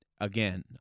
again